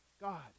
God